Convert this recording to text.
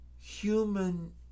human